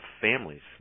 families